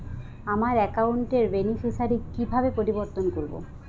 আমার অ্যাকাউন্ট র বেনিফিসিয়ারি কিভাবে পরিবর্তন করবো?